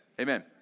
amen